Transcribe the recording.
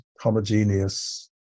homogeneous